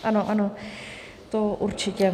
Ano, ano, to určitě.